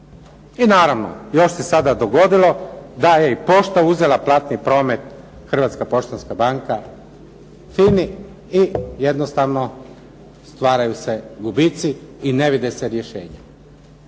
I naravno, još se sada dogodilo da je i pošta uzela platni promet, Hrvatska poštanska banka FINA-i i jednostavno stvaraju se gubici i ne vide se rješenja.